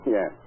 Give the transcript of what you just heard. Yes